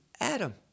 Adam